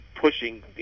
pushing